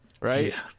right